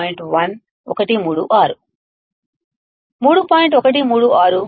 136 1 4